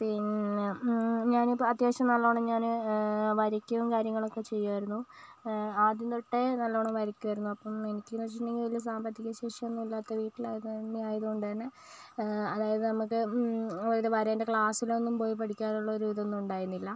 പിന്നെ ഞാനിപ്പം അത്യാവശ്യം നല്ലവണ്ണം ഞാൻ വരക്കും കാര്യങ്ങളൊക്കെ ചെയ്യുമായിരുന്നു ആദ്യം തൊട്ടേ നല്ലവണ്ണം വരക്കുമായിരുന്നു അപ്പം എനിക്ക് എന്ന് വെച്ചിട്ടുണ്ടെങ്കിൽ വലിയ സാമ്പത്തിക ശേഷി ഒന്നും ഇല്ലാത്ത വീട്ടിലായിരുന്നു ആയത് കൊണ്ട് തന്നെ അതായത് നമ്മുക്ക് അതായത് വരേൻ്റെ ക്ലാസ്സിലൊന്നും പോയി പഠിക്കാനുള്ള ഒരു ഇതൊന്നും ഉണ്ടായിരുന്നില്ല